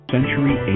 Century